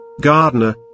Gardener